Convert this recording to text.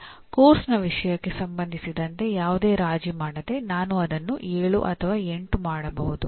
ಹಾಗಾಗಿ ಪಠ್ಯಕ್ರಮದ ವಿಷಯಕ್ಕೆ ಸಂಬಂಧಿಸಿದಂತೆ ಯಾವುದೇ ರಾಜಿ ಮಾಡದೆ ನಾನು ಅದನ್ನು7 ಅಥವಾ 8 ಮಾಡಬಹುದು